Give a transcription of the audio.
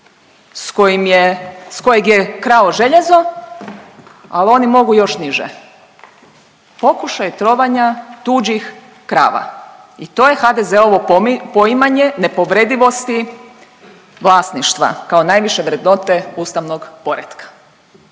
s kojeg je krao željezo, al oni mogu još niže, pokušaj trovanja tuđih krava i to je HDZ-ovo poimanje nepovredivosti vlasništva kao najviše vrednote ustavnog poretka.